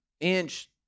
inch